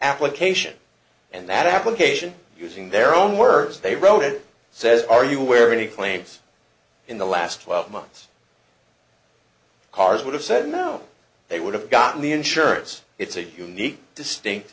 application and that application using their own words they wrote it says are you aware of any claims in the last twelve months cars would have said no they would have gotten the insurance it's a unique distinct